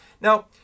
Now